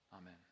amen